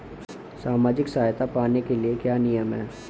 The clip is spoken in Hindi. सामाजिक सहायता पाने के लिए क्या नियम हैं?